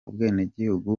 ubwenegihugu